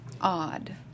odd